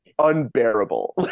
Unbearable